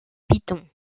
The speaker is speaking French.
python